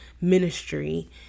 ministry